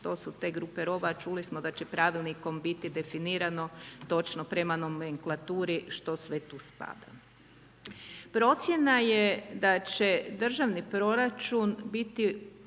To su te grupe roba, čuli smo da će pravilnikom biti definirano, točno prema nomenklaturi, što sve tu spada. Procjena je da će državni proračun, biti